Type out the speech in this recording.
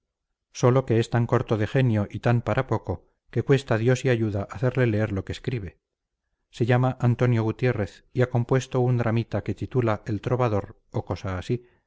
sólo que es tan corto de genio y tan para poco que cuesta dios y ayuda hacerle leer lo que escribe se llama antonio gutiérrez y ha compuesto un dramita que titula el trovador o cosa así